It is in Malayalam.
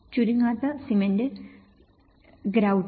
ചുരുങ്ങാത്ത സിമന്റ് ഗ്രൌട്ട്